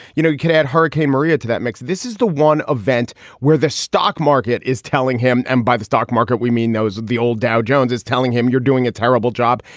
you know, you can at hurricane maria to that mix. this is the one event where the stock market is telling him. and by the stock market, we mean those of the old dow jones is telling him, you're doing a terrible job.